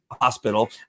hospital